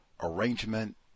arrangement